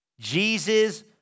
Jesus